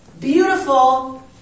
beautiful